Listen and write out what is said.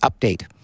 update